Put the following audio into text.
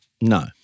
No